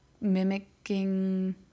mimicking